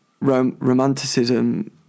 romanticism